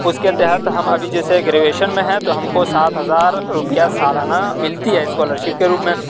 اُس کے تحت ہم ابھی جیسے گریجویشن میں ہیں تو ہم کو سات ہزار روپیہ سالانہ ملتی ہے اسکالر شپ کے روپ میں